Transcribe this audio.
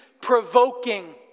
provoking